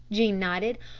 jean nodded.